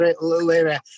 later